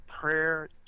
Prayer